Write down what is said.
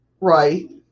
Right